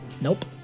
Nope